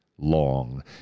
long